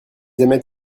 aimaient